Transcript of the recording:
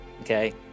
okay